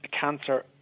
cancer